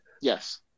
Yes